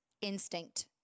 instinct